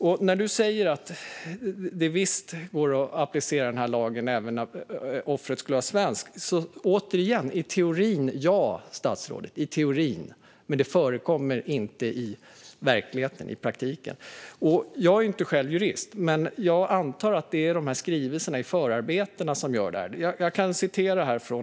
Statsrådet säger att det visst går att tillämpa denna lag när offret är svenskt. I teorin, ja, men det förekommer inte i praktiken. Jag är inte jurist, men jag antar att det är skrivningarna i förarbetena som gör att det är så.